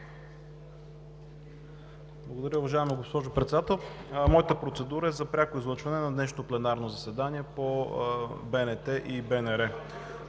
Благодаря, уважаема госпожо Председател. Моята процедура е за пряко излъчване на днешното пленарно заседание по БНТ и БНР.